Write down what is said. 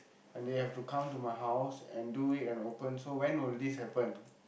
and they have to come to my house and do it and open so when will this happen